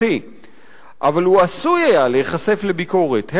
אבל הוא עשוי היה להיחשף לביקורת,